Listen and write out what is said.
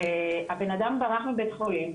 והבן אדם ברח מבית חולים,